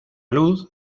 luz